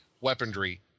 weaponry